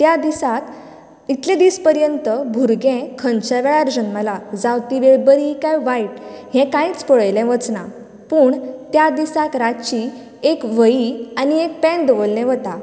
इतले दीस पर्यंत भुरगां खंयच्या वेळार जल्मलां जावं पिरियड बरी कांय वायट हे कांयच पळयलें वचना पूण त्या दिसाक रातची एक व्हयी आनी एक पेन दवरले वता